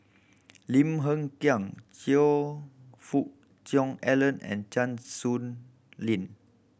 Lim Hng Kiang Choe Fook Cheong Alan and Chan Sow Lin